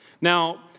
Now